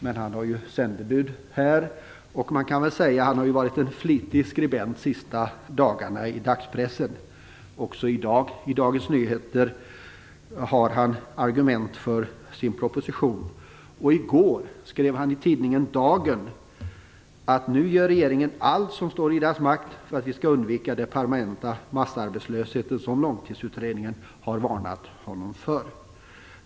Men han har ett sändebud här, och han har ju också varit en flitig skribent i dagspressen de senaste dagarna. Även i dag för han i Dagens Nyheter fram argument för sin proposition. I går skrev han i tidningen Dagen att regeringen nu gör allt som står i dess makt för att vi skall undvika den permanenta massarbetslöshet som Långtidsutredningen har varnat för.